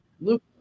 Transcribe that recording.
Luke